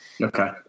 Okay